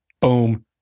Boom